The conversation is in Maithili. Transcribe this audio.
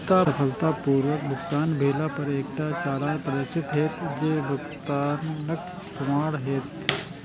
सफलतापूर्वक भुगतान भेला पर एकटा चालान प्रदर्शित हैत, जे भुगतानक प्रमाण हैत